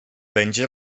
będzie